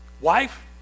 Wife